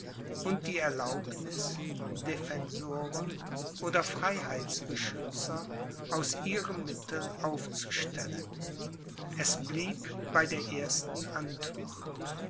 und die erlaubniß defensoren oder freiheitsbeschützer aus ihrem mittel aufzustellen es blieb bei der ersten antwort